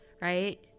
right